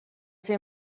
see